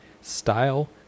style